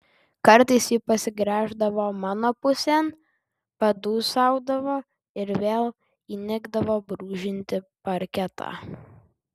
kartais ji pasigręždavo mano pusėn padūsaudavo ir vėl įnikdavo brūžinti parketą